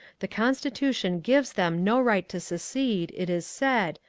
the constitution gives them no right to secede, it is said,